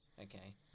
Okay